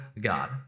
God